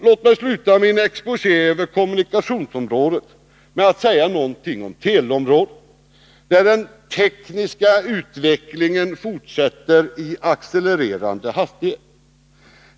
Låt mig sluta min exposé över kommunikationsområdet med att säga något om teleområdet, där den tekniska utvecklingen fortsätter med accelererande hastighet.